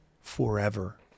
forever